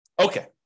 Okay